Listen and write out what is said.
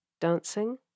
dancing